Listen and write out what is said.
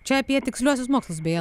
čia apie tiksliuosius mokslus beje